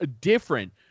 different